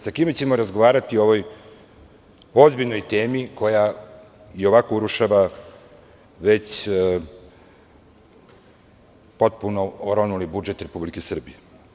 Sa kim ćemo pričati o ovoj ozbiljnoj temi koja i ovako urušava već oronuli budžet Republike Srbije.